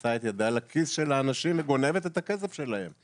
מכניסה את ידה לכיס של האנשים וגונבת את הכסף שלהם.